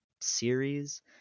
series